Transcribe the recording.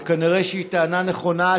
וכנראה היא טענה נכונה,